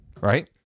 right